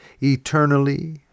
eternally